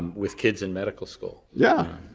with kids in medical school. yeah,